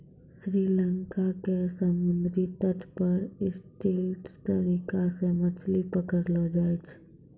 श्री लंका के समुद्री तट पर स्टिल्ट तरीका सॅ मछली पकड़लो जाय छै